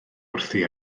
wrthi